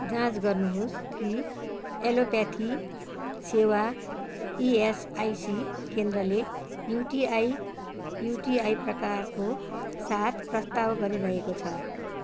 जाँच गर्नुहोस् कि एलोप्याथी सेवा इएसआइसी केन्द्रले युटिआई युटिआई प्रकारको सात प्रस्ताव गरिरहेको छ